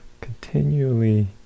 continually